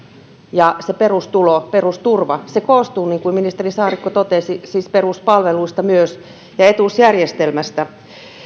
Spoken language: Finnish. perustulo perusturva koostuu niin kuin ministeri saarikko totesi siis peruspalveluista myös ja etuusjärjestelmästä